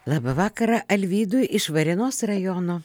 labą vakarą alvydui iš varėnos rajono